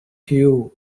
queue